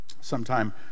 sometime